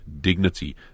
dignity